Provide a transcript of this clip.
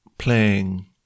Playing